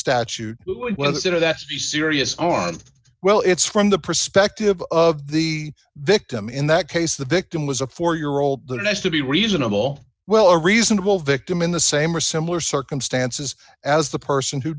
be serious on earth well it's from the perspective of the victim in that case the victim was a four year old the rest to be reasonable well a reasonable victim in the same or similar circumstances as the person who